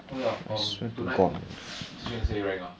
oh ya um tonight zhi xuan say rank ah